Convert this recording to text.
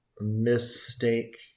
mistake